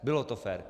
Bylo to fér.